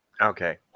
okay